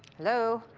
hello?